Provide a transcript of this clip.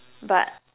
but